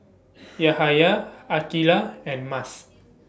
Yahaya Aqilah and Mas